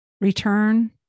return